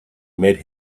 made